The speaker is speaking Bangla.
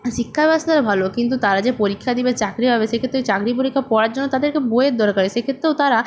শিক্ষা ব্যবস্থাটা ভালো কিন্তু তারা যে পরীক্ষা দেবে চাকরি পাবে সেক্ষেত্রে চাকরির পরীক্ষার পড়ার জন্য তাদেরকে বইয়ের দরকার হয় সেক্ষেত্রেও তারা